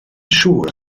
siŵr